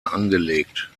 angelegt